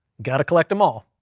got to collect them all.